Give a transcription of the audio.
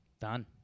Done